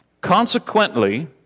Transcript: Consequently